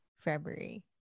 February